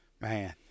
Man